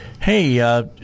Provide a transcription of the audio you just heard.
hey –